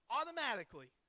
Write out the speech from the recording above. automatically